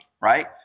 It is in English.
right